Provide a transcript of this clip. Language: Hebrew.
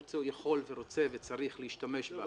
הוא יכול ורוצה וצריך להשתמש בה --- טוב,